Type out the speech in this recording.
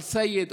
אל-סייד,